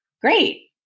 great